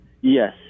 Yes